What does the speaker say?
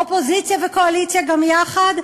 אופוזיציה וקואליציה גם יחד,